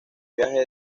viaje